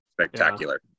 spectacular